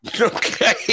Okay